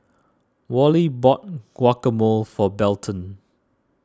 Wally bought Guacamole for Belton